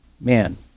man